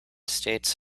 states